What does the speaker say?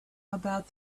about